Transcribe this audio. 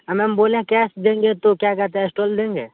हाँ मेम बोले हैं कैश देंगे तो क्या कहते हैं स्टॉल लेंगे